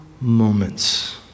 moments